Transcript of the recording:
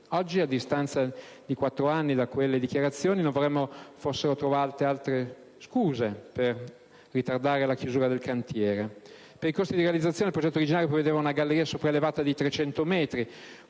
Oggi, a distanza di 4 anni da quelle dichiarazioni, non vorremmo fossero trovate altre scuse per ritardare la chiusura del cantiere. Per i costi di realizzazione, il progetto originario prevedeva una galleria sopraelevata di 300 metri,